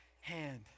hand